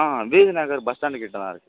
ஆ வீதி நகர் bus stand கிட்டே தான் இருக்குது